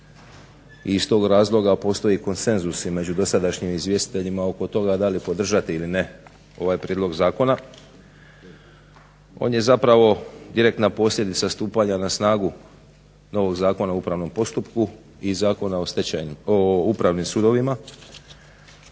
I iz tog razloga postoji i konsenzus između dosadašnjim izvjestiteljima oko toga da li podržati ili ne ovaj prijedlog zakona. On je zapravo direktna posljedica stupanja na snagu novog Zakona o upravnom postupku i Zakona o upravnim sudovima.